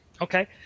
Okay